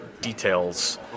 details